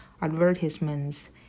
advertisements